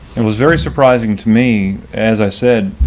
it was very surprising to me, as i said,